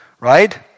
Right